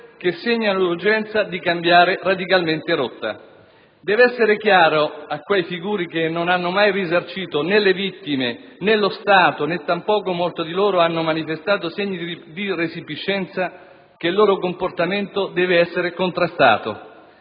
che segnano l'urgenza di cambiare radicalmente rotta. Deve essere chiaro a quei figuri, che non hanno mai risarcito, né le vittime, né lo Stato, né tampoco - molti di loro - hanno manifestato segni di resipiscenza, che il loro comportamento deve essere contrastato.